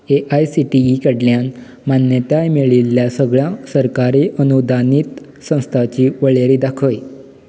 AICTE कडल्यान मान्यताय मेळिल्ल्या सगळ्या सरकारी अनुदानीत संस्थांची वळेरी दाखय